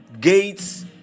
gates